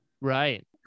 Right